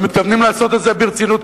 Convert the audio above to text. ומתכוונים לעשות את זה ברצינות,